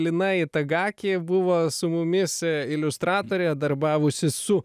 lina itagaki buvo su mumis iliustratorė darbavosi su